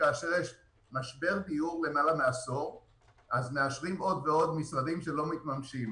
כאשר יש משבר דיור כבר למעלה מעשור מאשרים עוד ועוד משרדים שלא מתממשים.